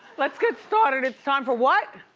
let's get started. it's time for what?